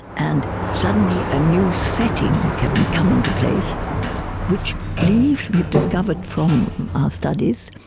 and suddenly a new setting can come into place which leaves, we've discovered from our studies,